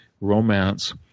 romance